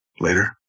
later